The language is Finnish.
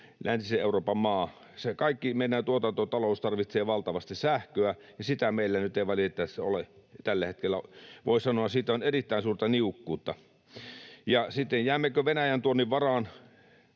läntisen Euroopan maa. Kaikki meidän tuotantotalous tarvitsee valtavasti sähköä, ja sitä meillä nyt ei valitettavasti ole tällä hetkellä. Voi sanoa, että siitä on erittäin suurta niukkuutta. Ja sitten se, jäämmekö Venäjän-tuonnin varaan,